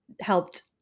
helped